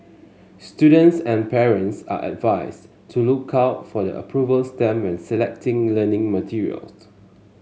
students and parents are advised to look out for the approval stamp and selecting learning materials